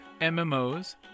mmos